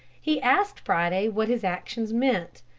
he asked friday what his actions meant.